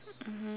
mmhmm